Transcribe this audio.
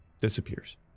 disappears